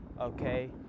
okay